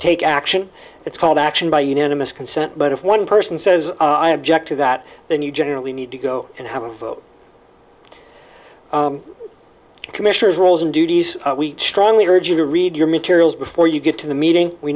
take action it's called action by unanimous consent but if one person says i object to that then you generally need to go and have a vote commissioner's roles and duties we strongly urge you to read your materials before you get to the meeting we